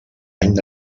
any